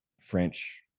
french